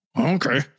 Okay